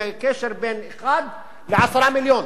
זה קשר בין אחד לעשרה מיליון,